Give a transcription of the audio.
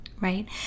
right